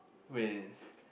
wait